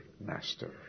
master